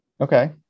Okay